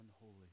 unholy